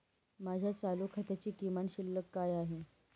माझ्या चालू खात्याची किमान शिल्लक काय आहे?